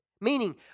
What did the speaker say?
Meaning